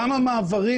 גם המעברים,